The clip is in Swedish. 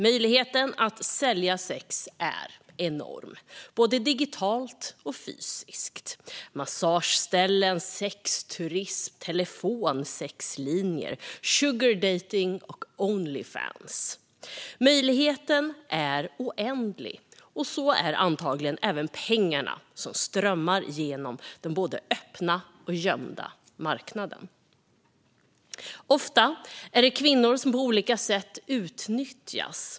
Möjligheterna att sälja sex är enorma, både digitalt och fysiskt, genom massagesalonger, sexturism, telefonsexlinjer, sugardejtning och Onlyfans. Möjligheterna är oändliga, och så är antagligen även pengarna som strömmar genom denna både öppna och gömda marknad. Ofta är det kvinnor som på olika sätt utnyttjas.